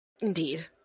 Indeed